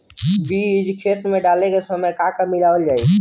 बीज खेत मे डाले के सामय का का मिलावल जाई?